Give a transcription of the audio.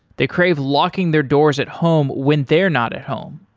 they crave locking their doors at home when they're not at home.